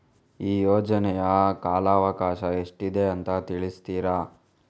ಈ ಯೋಜನೆಯ ಕಾಲವಕಾಶ ಎಷ್ಟಿದೆ ಅಂತ ತಿಳಿಸ್ತೀರಾ?